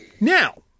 Now